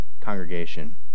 congregation